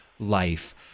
life